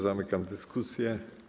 Zamykam dyskusję.